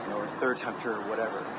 third time through, or whatever.